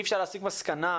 אי אפשר להסיק מסקנה,